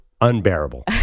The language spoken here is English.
unbearable